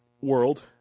world